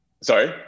Sorry